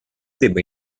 debba